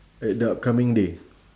at the upcoming day